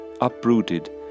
uprooted